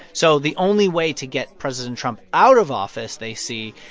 so the only way to get president trump out of office, they see,